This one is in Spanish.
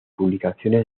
publicaciones